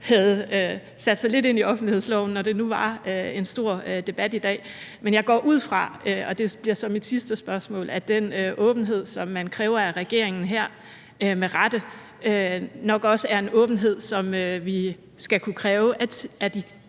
havde sat sig lidt ind i offentlighedsloven, når det nu var en stor debat i dag. Men jeg går ud fra – og det bliver så mit sidste spørgsmål – at den åbenhed, som man kræver af regeringen her, med rette, nok også er en åbenhed, som vi skal kunne kræve af de